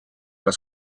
alla